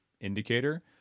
indicator